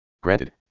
Granted